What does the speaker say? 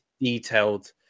detailed